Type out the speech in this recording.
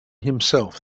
himself